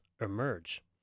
emerge